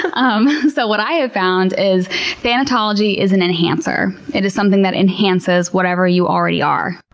um um so what i have found is thanatology is an enhancer. it is something that enhances whatever you already are.